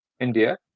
India